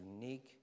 unique